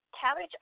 Cabbage